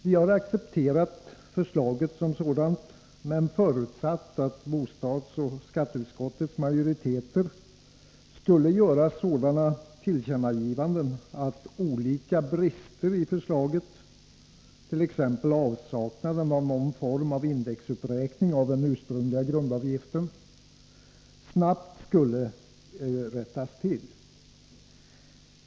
Vi har accepterat förslaget som sådant men förutsatt att bostadsoch skatteutskottets majoriteter skulle göra sådana tillkännagivanden att olika brister i förslaget — t.ex. avsaknaden av någon form av indexuppräkning av den ursprungliga grundavgiften — snabbt skulle rättas till.